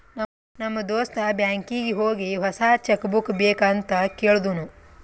ನಮ್ ದೋಸ್ತ ಬ್ಯಾಂಕೀಗಿ ಹೋಗಿ ಹೊಸಾ ಚೆಕ್ ಬುಕ್ ಬೇಕ್ ಅಂತ್ ಕೇಳ್ದೂನು